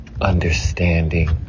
understanding